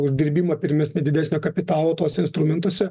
uždirbimą pirmesnį didesnio kapitalo tose instrumentuose